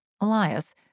Elias